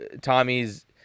Tommy's